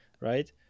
right